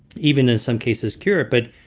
even in some cases cure it. but,